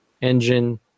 engine